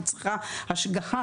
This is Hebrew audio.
היא צריכה השגחה,